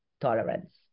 tolerance